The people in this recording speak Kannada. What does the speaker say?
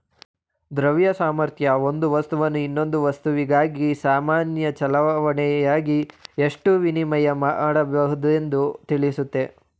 ದ್ರವ್ಯ ಸಾಮರ್ಥ್ಯ ಒಂದು ವಸ್ತುವನ್ನು ಇನ್ನೊಂದು ವಸ್ತುವಿಗಾಗಿ ಸಾಮಾನ್ಯ ಚಲಾವಣೆಯಾಗಿ ಎಷ್ಟು ವಿನಿಮಯ ಮಾಡಬಹುದೆಂದು ತಿಳಿಸುತ್ತೆ